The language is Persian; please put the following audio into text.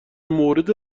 مورد